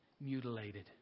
mutilated